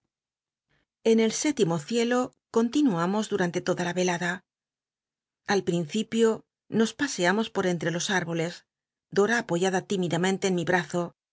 en el sét imo cielo continuamos durante toda la velada al principio nos paseamos por entre los ií i'boles dora apoyada tímidamente en mi brazo